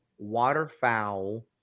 waterfowl